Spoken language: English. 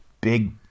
big